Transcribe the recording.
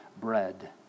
bread